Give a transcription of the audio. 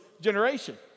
generation